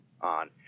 on